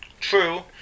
True